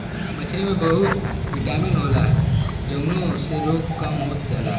मछरी में बहुत बिटामिन होला जउने से रोग कम होत जाला